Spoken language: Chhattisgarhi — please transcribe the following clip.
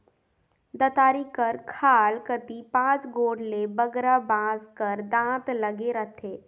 दँतारी कर खाल कती पाँच गोट ले बगरा बाँस कर दाँत लगे रहथे